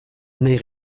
nahi